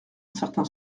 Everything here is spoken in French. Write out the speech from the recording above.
certain